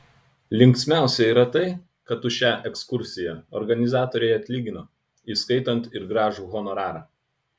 linksmiausia yra tai kad už šią ekskursiją organizatoriai atlygino įskaitant ir gražų honorarą